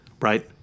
Right